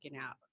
out